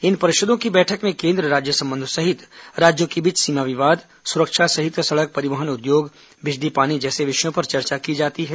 इन परिषदों की बैठक में केन्द्र राज्य संबंध सहित सदस्य राज्यों के बीच सीमा विवाद और सुरक्षा सहित सड़क परिवहन उद्योग बिजली पानी जैसे विषयों पर चर्चा की जाती है